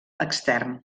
extern